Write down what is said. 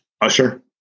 usher